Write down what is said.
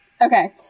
Okay